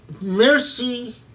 mercy